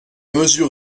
mesure